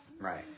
Right